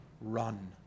run